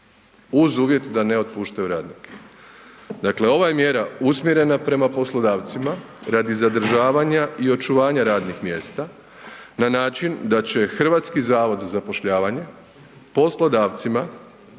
uz uvjet da ne otpuštaju radnike. Dakle ova je mjera usmjerena prema poslodavcima radi zadržavanja i očuvanja radnih mjesta na način da će HZZ poslodavcima